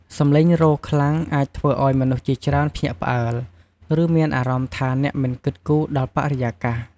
សំឡេងរោទ៍ខ្លាំងអាចធ្វើឲ្យមនុស្សជាច្រើនភ្ញាក់ផ្អើល ឬមានអារម្មណ៍ថាអ្នកមិនគិតគូរដល់បរិយាកាស។